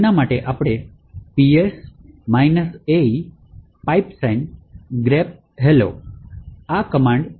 તેથી તેના માટે આપણે ps ae | grep hello